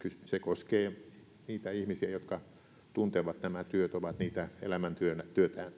se koskee niitä ihmisiä jotka tuntevat nämä työt ovat niitä elämäntyönään